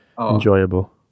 enjoyable